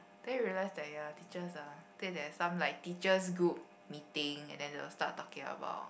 then I realise that there are teachers ah I think they have some like teachers group meeting and then they will start talking about